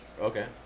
Okay